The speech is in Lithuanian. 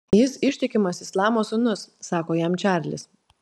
jis ištikimas islamo sūnus sako jam čarlis